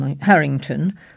Harrington